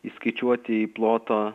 įskaičiuoti į plotą